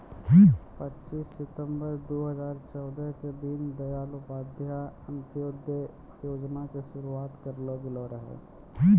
पच्चीस सितंबर दू हजार चौदह के दीन दयाल उपाध्याय अंत्योदय योजना के शुरुआत करलो गेलो रहै